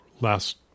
last